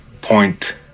point